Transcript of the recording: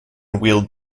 wield